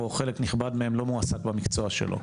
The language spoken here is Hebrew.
או חלק נכבד מהם, לא מועסק במקצוע שלו.